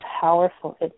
powerful